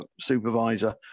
supervisor